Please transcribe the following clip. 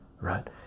right